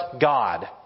God